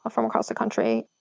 ah from across the country.